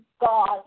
God